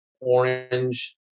orange